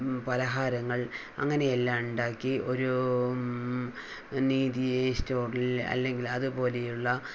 പലഹാരങ്ങൾ അങ്ങനെയെല്ലാം ഉണ്ടാക്കി ഒരു നീതി സ്റ്റോറിൽ അല്ലെങ്കിൽ അതുപോലെയുള്ള